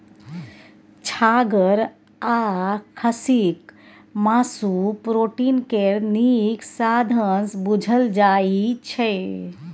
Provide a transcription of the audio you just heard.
छागर आ खस्सीक मासु प्रोटीन केर नीक साधंश बुझल जाइ छै